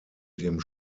dem